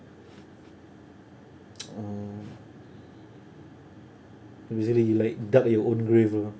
oh actually it's like dug your own grave !huh!